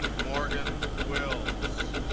morgan wills